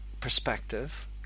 perspective